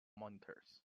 monitors